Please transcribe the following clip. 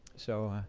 so,